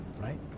right